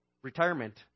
retirement